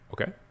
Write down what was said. Okay